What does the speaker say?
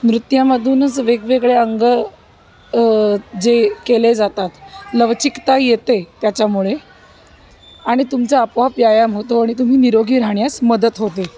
नृत्यामधूनच वेगवेगळे अंग जे केले जातात लवचिकता येते त्याच्यामुळे आणि तुमचा आपोआप व्यायाम होतो आणि तुम्ही निरोगी राहण्यास मदत होते